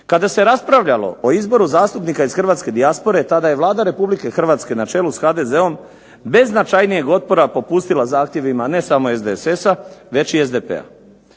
Kada se raspravljalo o izboru zastupnika iz hrvatske dijaspore tada je Vlada Republike Hrvatske na čelu s HDZ-om bez značajnijeg otpora popustila zahtjevima ne samo SDSS-a, već i SDP-a.